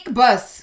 bus